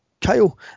Kyle